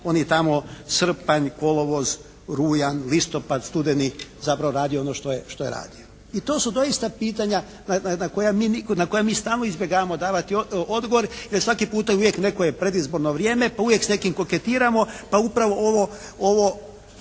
oni tamo srpanj, kolovoz, rujan, listopad, studeni zapravo radio ono što je radio. I to su doista pitanja na koja mi stalno izbjegavamo davati odgovor jer svaki puta uvijek neko je predizborno vrijeme pa uvijek s nekim koketiramo, pa upravo ovo